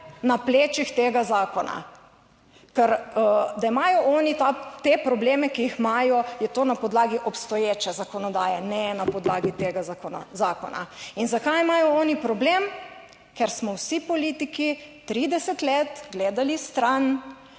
na plečih tega zakona. Ker da imajo oni te probleme, ki jih imajo, je to na podlagi obstoječe zakonodaje, ne na podlagi tega zakona. In zakaj imajo oni problem? Ker smo vsi politiki 30 let gledali stran